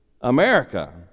America